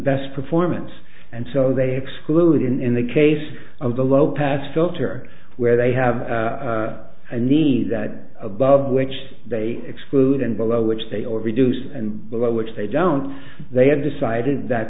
best performance and so they exclude in the case of the low pass filter where they have a need that above which they exclude and below which they are reduced and below which they don't they have decided that